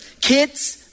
Kids